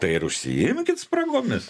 tai ir užsiimkit spragomis